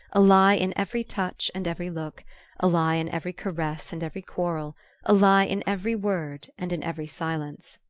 a lie in every touch and every look a lie in every caress and every quarrel a lie in every word and in every silence.